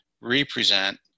represent